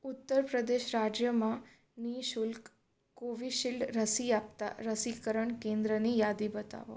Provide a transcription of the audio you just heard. ઉત્તરપ્રદેશ રાજ્યમાં નિઃશુલ્ક કોવિશીલ્ડ રસી આપતાં રસીકરણ કેન્દ્રની યાદી બતાવો